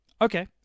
Okay